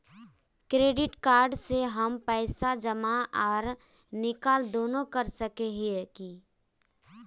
Credit card से हम पैसा जमा आर निकाल दोनों कर सके हिये की?